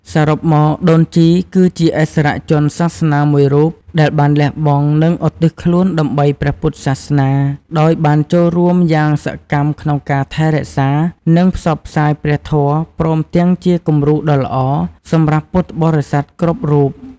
សរុបមក ដូនជីគឺជាឥស្សរជនសាសនាមួយរូបដែលបានលះបង់ និងឧទ្ទិសខ្លួនដើម្បីព្រះពុទ្ធសាសនា ដោយបានចូលរួមចំណែកយ៉ាងសកម្មក្នុងការរក្សា និងផ្សព្វផ្សាយព្រះធម៌ ព្រមទាំងជាគំរូដ៏ល្អសម្រាប់ពុទ្ធបរិស័ទគ្រប់រូប។